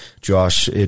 Josh